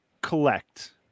collect